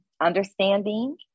understanding